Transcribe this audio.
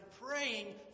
praying